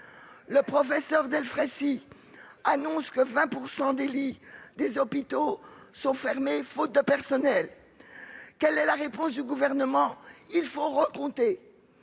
le professeur Delfraissy annonce que 20 % des lits des hôpitaux sont fermés faute de personnel, quelle est la réponse du Gouvernement ?« Il faut recompter